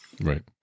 Right